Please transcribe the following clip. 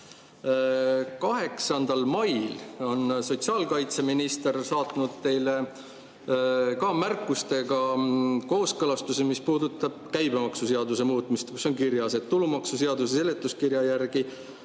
mail on sotsiaalkaitseminister saatnud teile märkustega kooskõlastuse, mis puudutab käibemaksuseaduse muutmist. Seal on kirjas, et tulumaksuseaduse seletuskirja järgi